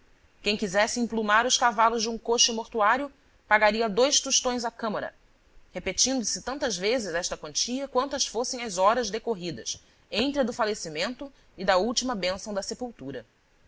quem quisesse emplumar os cavalos de um coche mortuário pagaria dois tostões à câmara repetindo se tantas vezes esta quantia quantas fossem as horas decorridas entre a do falecimento e a da última bênção na sepultura